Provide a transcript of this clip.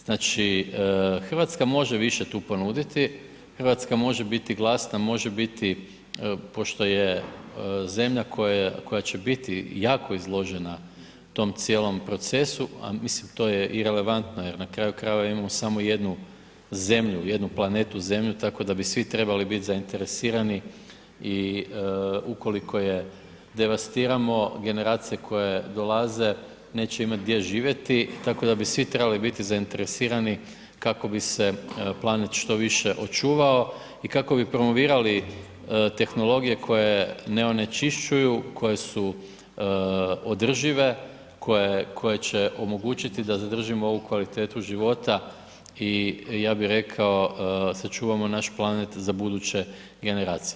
Znači RH može više tu ponuditi, RH može biti glasna, može biti, pošto je zemlja koja će biti jako izložena tom cijelom procesu, a mislim to je i relevantno jer na kraju krajeva imamo samo jednu zemlju, jednu planetu zemlju, tako da bi svi trebali bit zainteresirani i ukoliko je devastiramo, generacije koje dolaze neće imati gdje živjeti, tako da bi svi trebali biti zainteresirani kako bi se planet što više očuvao i kako bi promovirali tehnologije koje ne onečišćuju, koje su održive, koje će omogućiti da zadržimo ovu kvalitetu života i ja bi rekao sačuvamo naš planet za buduće generacije.